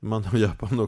mano japonų